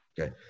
Okay